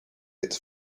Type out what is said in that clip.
its